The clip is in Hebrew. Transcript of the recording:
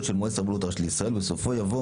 של מועצת הרבנות הראשית לישראל" ובסופו יבוא